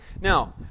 Now